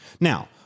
Now